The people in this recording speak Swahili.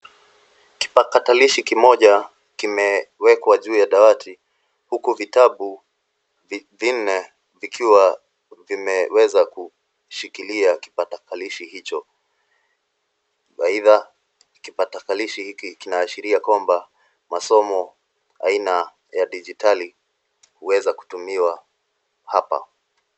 Kipakatalishi kimoja kimewekwa juu ya dawati huku vitabu vinne vikiwa vimeweza kushikilia kipakatalishi hicho. Baidha kipatakalishi hiki kinaashiria kwamba masomo aina ya digitali huweza kutumiwa hapa.